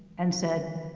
and said,